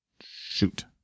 Shoot